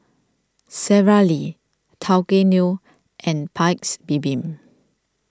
Sara Lee Tao Kae Noi and Paik's Bibim